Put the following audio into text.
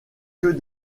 que